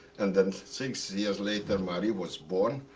and and six years later, marie was born.